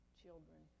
children